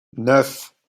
neuf